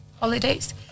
holidays